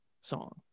song